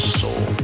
soul